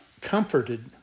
comforted